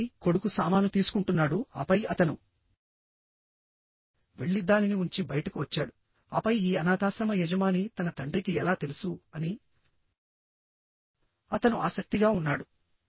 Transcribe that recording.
కాబట్టి కొడుకు సామాను తీసుకుంటున్నాడు ఆపై అతను వెళ్లి దానిని ఉంచి బయటకు వచ్చాడు ఆపై ఈ అనాథాశ్రమ యజమాని తన తండ్రికి ఎలా తెలుసు అని అతను ఆసక్తిగా ఉన్నాడు